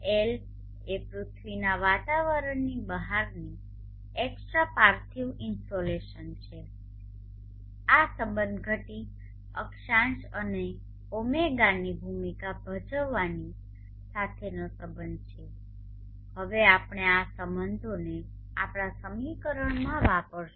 L એ પૃથ્વીના વાતાવરણની બહારની એક્સ્ટ્રા પાર્થિવ ઇન્સોલેશન છે અને આ સંબંધ ઘટી અક્ષાંશ અને ઓમેગાની ભૂમિકા ભજવવાની સાથેનો સંબંધ છે હવે આપણે આ સંબંધોને આપણા સમીકરણમાં વાપરીશું